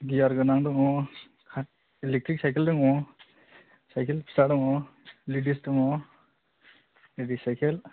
गियार गोनां दङ electric cycle दङ साइखेल फिसा दङ लेदिस दङ लेदिस साइखेल